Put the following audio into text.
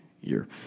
year